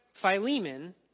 Philemon